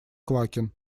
квакин